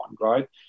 right